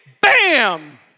bam